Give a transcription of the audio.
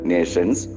Nations